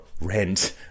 rent